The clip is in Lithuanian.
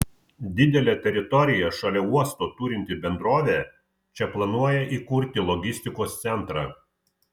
didelę teritoriją šalia uosto turinti bendrovė čia planuoja įkurti logistikos centrą